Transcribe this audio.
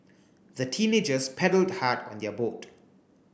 the teenagers paddled hard on their boat